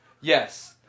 Yes